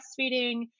breastfeeding